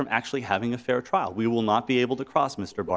from actually having a fair trial we will not be able to cross m